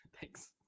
Thanks